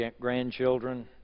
grandchildren